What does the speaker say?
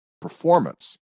performance